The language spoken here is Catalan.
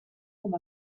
com